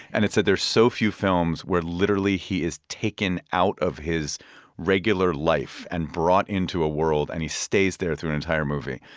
and it said there are so few films where, literally, he is taken out of his regular life and brought into a world, and he stays there through an entire movie.